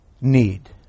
need